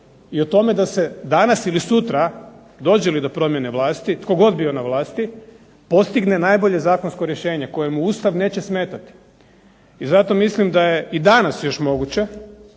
i o tome da se danas ili sutra, dođe li do promjene vlasti, tko god bio na vlasti, postigne najbolje zakonsko rješenje kojemu Ustav neće smetati. I zato mislim da je i danas još moguće